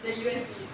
the U_S_B